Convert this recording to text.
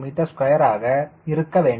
6 kgm2 ஆக இருக்க வேண்டும்